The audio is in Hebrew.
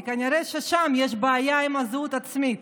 כי כנראה ששם יש בעיה עם הזהות העצמית.